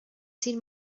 seen